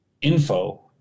info